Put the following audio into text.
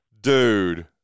dude